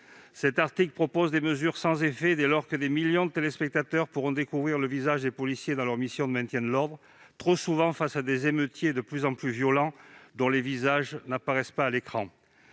Cet article comporte des mesures sans effet dès lors que des millions de téléspectateurs pourront découvrir le visage des policiers dans leur mission de maintien de l'ordre, trop souvent face à des émeutiers de plus en plus violents, dont les visages n'apparaissent pas à l'écran.